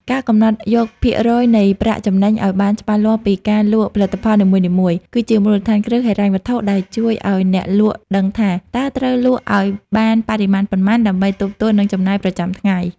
ការកំណត់យកភាគរយនៃប្រាក់ចំណេញឱ្យបានច្បាស់លាស់ពីការលក់ផលិតផលនីមួយៗ គឺជាមូលដ្ឋានគ្រឹះហិរញ្ញវត្ថុដែលជួយឱ្យអ្នកលក់ដឹងថា តើត្រូវលក់ឱ្យបានបរិមាណប៉ុន្មានដើម្បីទប់ទល់នឹងចំណាយប្រចាំថ្ងៃ។